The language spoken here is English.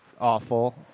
awful